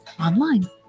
online